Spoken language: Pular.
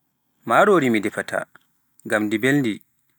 Maaroori mi defata ngam ndi mbelndi.